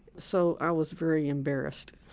so i was very embarrassed,